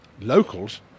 locals